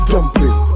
Dumpling